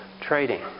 trading